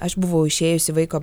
aš buvau išėjusi vaiko